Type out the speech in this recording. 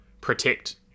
protect